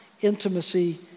intimacy